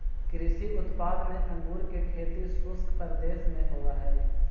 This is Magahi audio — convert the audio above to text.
कृषि उत्पाद में अंगूर के खेती शुष्क प्रदेश में होवऽ हइ